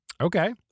Okay